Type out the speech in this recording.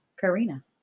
Karina